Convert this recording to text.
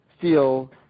feel